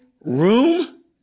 room